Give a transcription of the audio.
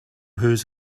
whose